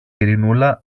ειρηνούλα